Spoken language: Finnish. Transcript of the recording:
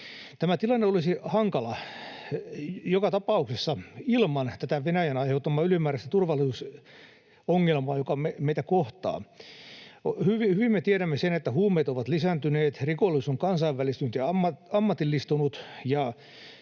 Tämä tilanne olisi hankala joka tapauksessa, ilman tätä Venäjän aiheuttamaa ylimääräistä turvallisuusongelmaakin, joka meitä kohtaa. Hyvin me tiedämme sen, että huumeet ovat lisääntyneet, rikollisuus on kansainvälistynyt ja ammatillistunut